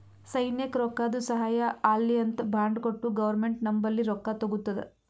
ಸೈನ್ಯಕ್ ರೊಕ್ಕಾದು ಸಹಾಯ ಆಲ್ಲಿ ಅಂತ್ ಬಾಂಡ್ ಕೊಟ್ಟು ಗೌರ್ಮೆಂಟ್ ನಂಬಲ್ಲಿ ರೊಕ್ಕಾ ತಗೊತ್ತುದ